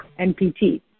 NPT